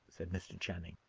said mr. channing.